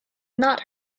not